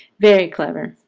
very clever.